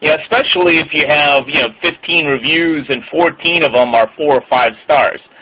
yeah especially if you have yeah fifteen reviews and fourteen of them are four or five stars.